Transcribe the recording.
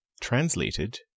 Translated